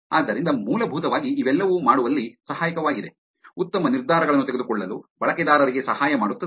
ಆದ್ದರಿಂದ ಮೂಲಭೂತವಾಗಿ ಇವೆಲ್ಲವೂ ಮಾಡುವಲ್ಲಿ ಸಹಾಯಕವಾಗಿದೆ ಉತ್ತಮ ನಿರ್ಧಾರಗಳನ್ನು ತೆಗೆದುಕೊಳ್ಳಲು ಬಳಕೆದಾರರಿಗೆ ಸಹಾಯ ಮಾಡುತ್ತದೆ